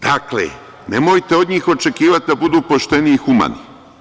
Dakle, nemojte od njih očekivati da budu pošteni i humani.